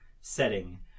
setting